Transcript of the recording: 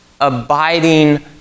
abiding